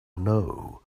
know